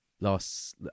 last